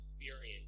experience